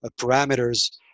parameters